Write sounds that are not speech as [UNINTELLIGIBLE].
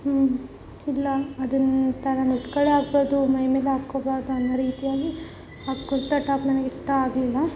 ಇಲ್ಲ ಅದನ್ನ ತಗಂಡು ಉಟ್ಕಳೋ [UNINTELLIGIBLE] ಮೈಮೇಲೆ ಹಾಕ್ಕೋಬಾರ್ದು ಅನ್ನೋ ರೀತಿಯಾಗಿ ಆ ಕುರ್ತಾ ಟಾಪ್ ನನಗೆ ಇಷ್ಟ ಆಗಲಿಲ್ಲ